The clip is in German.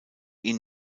ihn